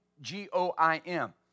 G-O-I-M